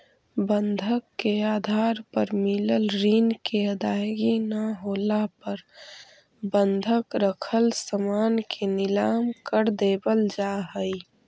बंधक के आधार पर मिलल ऋण के अदायगी न होला पर बंधक रखल सामान के नीलम कर देवल जा हई